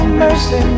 mercy